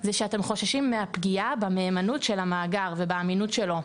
זה שאתם חוששים מהפגיעה במהימנות של המאגר ובאמינות שלו.